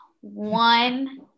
One